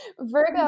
Virgo